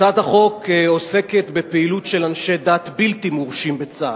הצעת החוק עוסקת בפעילות של אנשי דת בלתי מורשים בצה"ל.